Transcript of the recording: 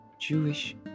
Jewish